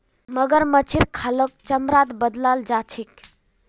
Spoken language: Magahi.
मगरमच्छेर खालक चमड़ात बदलाल जा छेक